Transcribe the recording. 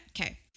Okay